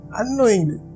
unknowingly